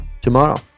tomorrow